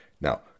Now